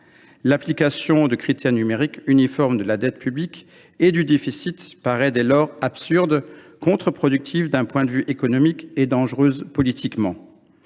L’application de critères chiffrés uniformes – ceux de la dette publique et du déficit – paraît dès lors absurde, contre productive d’un point de vue économique et dangereuse politiquement.